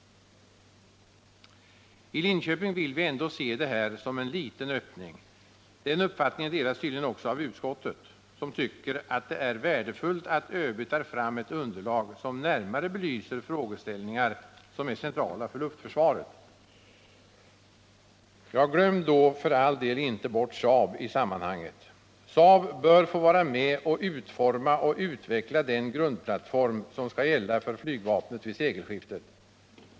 I Linköping vill vi ändå se det här som en liten öppning. Den uppfattningen delas tydligen också av utskottet, som tycker att det är värdefullt att ÖB tar fram ett underlag, som närmare belyser frågeställningar som är centrala för luftförsvaret. Glöm då för all del inte bort Saab i sammanhanget! Saab bör få vara med om att utforma och utveckla den grundplattform som vid sekelskiftet skall gälla för flygvapnet.